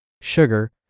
sugar